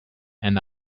and